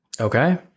Okay